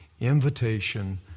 invitation